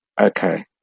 okay